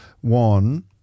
One